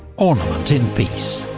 ornament in peace,